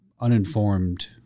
uninformed